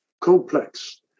complex